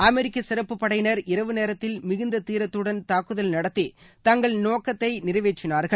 அமெரிக்க சிறப்பு படையினர் இரவு நேரத்தில் மிகுந்த தீரத்துடன் தாக்குதல் நடத்தி தங்கள் நோக்கத்தை நிறைவேற்றினார்கள்